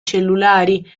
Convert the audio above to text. cellulari